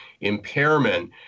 impairment